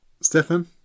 Stefan